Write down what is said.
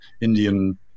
Indian